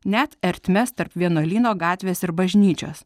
net ertmes tarp vienuolyno gatvės ir bažnyčios